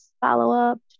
follow-up